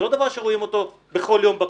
זה לא דבר שרואים אותו בכל יום בכנסת.